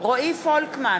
רועי פולקמן,